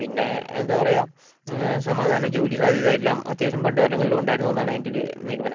പിന്നെ എന്താ പറയുക സമാധാന ജോലി സാധ്യതയെല്ലാം അത്യാവശ്യം പണ്ട് കാലങ്ങളിലുണ്ടായിരുന്നു എന്നാണ് എൻ്റെ ഒരു നിഗമനം